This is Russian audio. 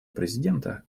президента